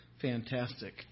fantastic